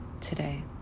today